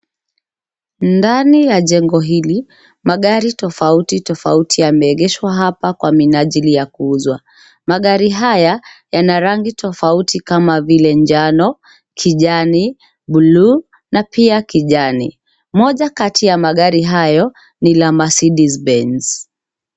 Ndani ya jengo hili magari tofauti tofauti yameegeshwa hapa kwa minajili ya kuuzwa. Magari haya yana rangi tofauti kama vile njano, kijani, bluu, na pia kijani. Moja kati ya magari hayo ni la Mercedes Benz.